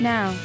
Now